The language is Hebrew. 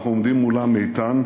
אנחנו עומדים מולם איתן,